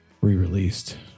re-released